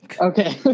Okay